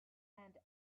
and